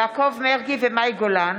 יעקב מרגי ומאי גולן